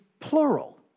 plural